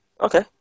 okay